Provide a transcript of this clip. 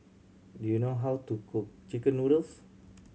do you know how to cook chicken noodles